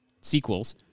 sequels